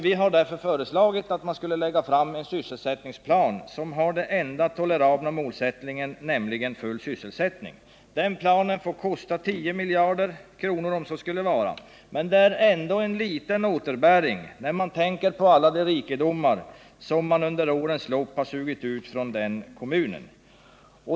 Vi har därför föreslagit att man skall lägga fram en sysselsättningsplan som har den enda tolerabla målsättningen, nämligen full sysselsättning. Den planen får kosta 10 miljarder kronor att genomföra om så skulle vara. Det är ändå en liten återbäring, när vi tänker på alla de rikedomar som man under årens lopp har sugit ut från den här kommunen.